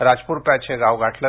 राजपूर पॅच हे गाव गाठले